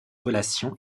relation